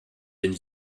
den